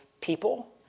people